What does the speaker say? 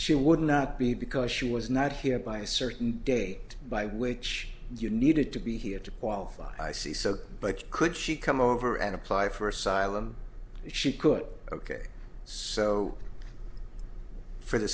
she would not be because she was not here by a certain date by which you needed to be here to qualify i see so but could she come over and apply for asylum she could ok so for the